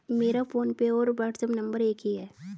मेरा फोनपे और WhatsApp number एक ही है